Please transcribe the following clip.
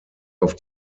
auf